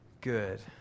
good